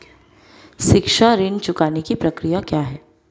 शिक्षा ऋण चुकाने की प्रक्रिया क्या है?